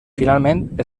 finalment